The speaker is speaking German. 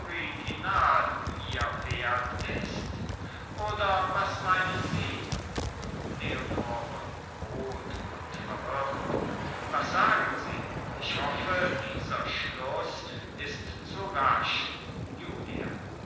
original mir wert ist oder was meinen sie leonore rot und verwirrt was sagen sie ich hoffe dieser schluß ist zu rasch julia